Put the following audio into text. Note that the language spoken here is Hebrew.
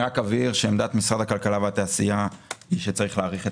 עמדת משרד הכלכלה והתעשייה היא שצריך להאריך את